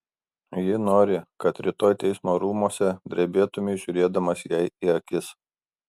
ji nori kad rytoj teismo rūmuose drebėtumei žiūrėdamas jai į akis